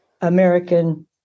American